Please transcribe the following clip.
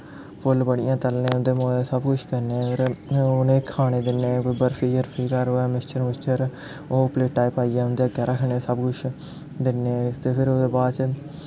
फुल्ल बड़ियां तलने उं'दे ताईं बड़ा कुछ करने उ'नें गी खानें गी दिन्ने बर्फी शर्फी घर होऐ मिक्चर मुक्चर ओह् प्लेटा च पाइयै उं'दै अग्गें रक्खने सब कुछ दिन्ने ते फिर ओह्दे बाद च